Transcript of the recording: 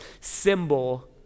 symbol